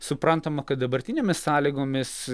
suprantama kad dabartinėmis sąlygomis